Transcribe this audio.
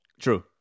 True